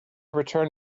return